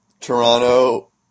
Toronto